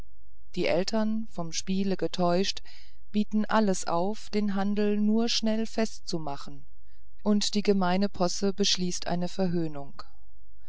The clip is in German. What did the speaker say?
die eltern vom spiele getäuscht bieten alles auf den handel nur schnell fest zu machen und die gemeine posse beschließt eine verhöhnung